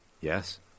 Yes